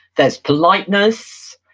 there's politeness,